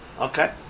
Okay